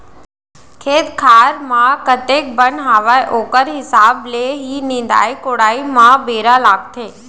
खेत खार म कतेक बन हावय ओकर हिसाब ले ही निंदाई कोड़ाई म बेरा लागथे